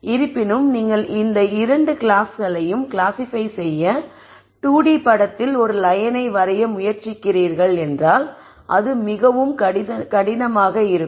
இருப்பினும் நீங்கள் இந்த 2 கிளாஸ்களையும் கிளாசிஃபை செய்ய 2D படத்தில் ஒரு லயனை வரைய முயற்சிக்கிறீர்கள் என்றால் அது மிகவும் கடினமாக இருக்கும்